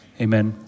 amen